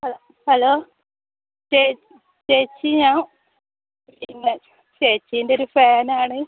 hello ചേച്ചി ഞാൻ ചേച്ചിൻ്റെ ഒരു ഫേൻ ആണ്